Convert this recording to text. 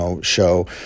show